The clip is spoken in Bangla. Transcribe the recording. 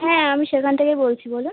হ্যাঁ আমি সেখান থেকেই বলছি বলুন